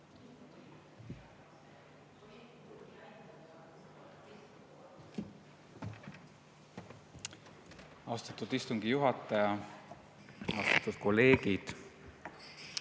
Austatud istungi juhataja! Austatud kolleegid!